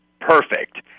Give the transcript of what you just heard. perfect